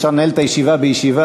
אפשר לנהל את הישיבה בישיבה,